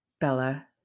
Bella